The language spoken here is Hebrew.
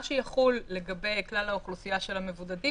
מה שיחול לגבי כלל האוכלוסייה של המבודדים,